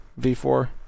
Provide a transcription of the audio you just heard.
V4